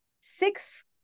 six